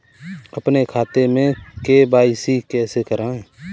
अपने खाते में के.वाई.सी कैसे कराएँ?